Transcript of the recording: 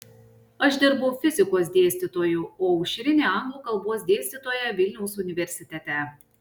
aš dirbau fizikos dėstytoju o aušrinė anglų kalbos dėstytoja vilniaus universitete